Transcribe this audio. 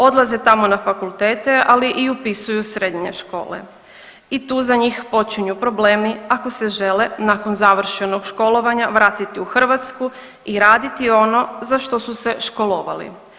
Odlaze tamo na fakultete, ali i upisuju srednje škole i tu za njih počinju problemi ako se žele nakon završenog školovanja vratiti u Hrvatsku i radi ono za što su se školovali.